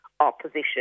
opposition